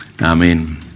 Amen